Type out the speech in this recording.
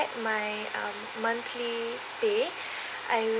my um monthly pay I